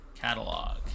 Catalog